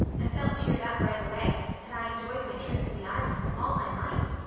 i felt cheered up right away and i enjoyed my trip to the island with all my might.